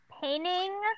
Painting